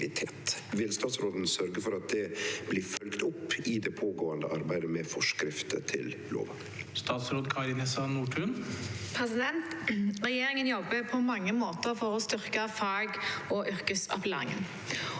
statsråden sørge for at dette blir følgt opp i det pågåande arbeidet med forskrifter til lova?» Statsråd Kari Nessa Nordtun Regjerin- gen jobber på mange måter for å styrke fag- og yrkesopplæringen.